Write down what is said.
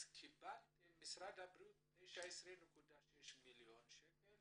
קיבל משרד הבריאות 19.6 מיליון שקל